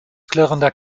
klirrender